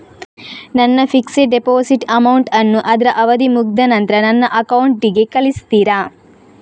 ನನ್ನ fixed deposit amount ಅನ್ನು ಅದ್ರ ಅವಧಿ ಮುಗ್ದ ನಂತ್ರ ನನ್ನ ಅಕೌಂಟ್ ಗೆ ಕಳಿಸ್ತೀರಾ?